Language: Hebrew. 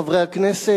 חברי חברי הכנסת,